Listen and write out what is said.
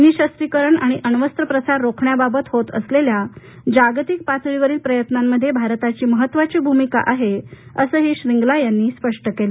निशस्त्रीकरण आणि अण्वस्त्र प्रसार रोखण्याबाबत होत असलेल्या जागतिक पातळीवरील प्रयत्नांमध्ये भारताची महत्वाची भूमिका आहे असंही श्रींगला यांनी स्पष्ट केलं